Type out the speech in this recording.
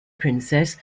princess